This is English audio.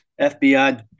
FBI